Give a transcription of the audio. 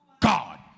God